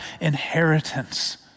inheritance